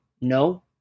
no